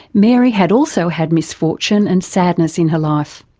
mary had also had misfortune and sadness in her life.